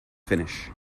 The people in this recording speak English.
finish